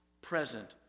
present